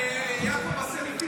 יעקב עושה לי פיליבסטר.